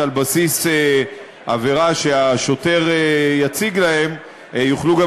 שעל בסיס עבירה שהשוטר יציג להם יוכלו גם